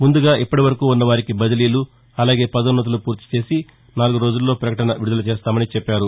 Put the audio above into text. ముందుగా ఇప్పటివరకూ ఉన్నవారికి బదిలీలు అలాగే పదోన్నతులు పూర్తిచేసి నాలుగు రోజుల్లో పకటన విడుదల చేస్తామని చెప్పారు